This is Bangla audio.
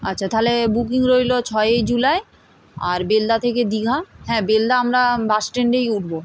আচ্ছা তাহলে বুকিং রইল ছয়ই জুলাই আর বেলদা থেকে দীঘা হ্যাঁ বেলদা আমরা বাস স্ট্যান্ডেই উঠব